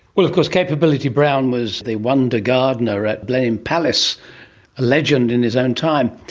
well, of course capability brown was the wonder gardener at blenheim palace, a legend in his own time.